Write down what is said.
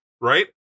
right